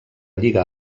lliga